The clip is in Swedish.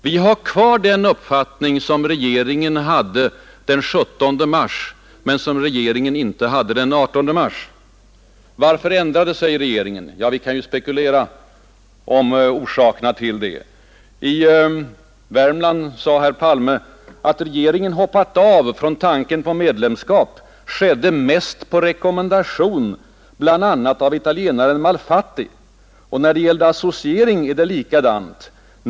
Vi har kvar den uppfattning som regeringen hade den 17 mars men som regeringen inte hade den 18 mars. Varför ändrade sig regeringen? Vi kan ju spekulera om orsakerna till det. I Värmland sade herr Palme: ”Att regeringen hoppat av från tanken på medlemskap skedde mest på rekommendation, bl.a. av italienaren Malfatti, och när det gäller associering ——— är det likadant.